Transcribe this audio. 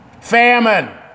famine